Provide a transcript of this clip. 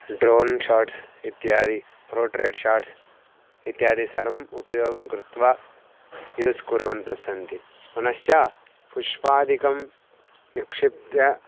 drone shots इत्यादिकं portrait shots इत्यादिकं सर्वम् उपयोगं कृत्वा यूस् कुर्वन्तस्सन्ति पुनश्च पुष्पादिकं निक्षिप्य